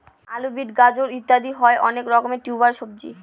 আলু, বিট, গাজর ইত্যাদি হয় অনেক রকমের টিউবার সবজি